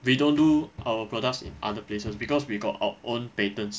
we don't do our products in other places because we got our own patents